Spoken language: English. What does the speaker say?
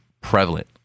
prevalent